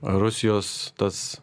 rusijos tas